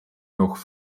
noch